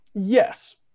Yes